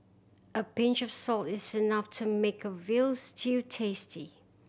a pinch of salt is enough to make a veal stew tasty